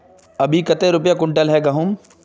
अभी कते रुपया कुंटल है गहुम?